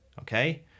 okay